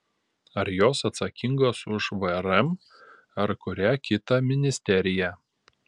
ar jos atsakingos už vrm ar kurią kitą ministeriją